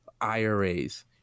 IRAs